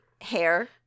hair